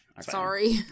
Sorry